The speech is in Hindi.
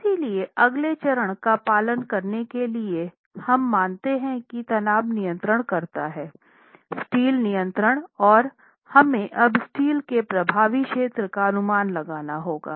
इसलिए अगले चरण का पालन करने के लिए हम मानते हैं कि तनाव नियंत्रण करता हैं स्टील नियंत्रण और हमें अब स्टील के प्रभावी क्षेत्र का अनुमान लगाना होगा